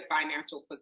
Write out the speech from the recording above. financial